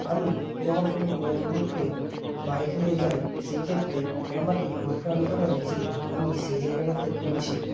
আমি যখন কোনো লং রুটে বাইক নিয়ে যাই সেইক্ষেত্রে আমাকে অনুপ্রাণিত করে যে আমি সেই জায়গাটাতে পৌঁছে